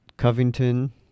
Covington